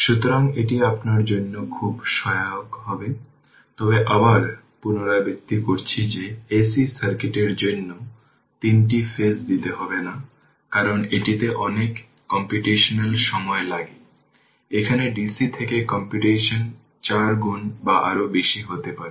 সুতরাং এটি আপনার জন্য খুব সহায়ক হবে তবে আবারও পুনরাবৃত্তি করছি যে AC সার্কিটের জন্য 3টি ফেজ দিতে পারে না কারণ এটিতে অনেক কম্পিউটেশনাল সময় লাগে এখানে DC থেকে কম্পিউটেশন 4 গুণ বা আরও বেশি হতে পারে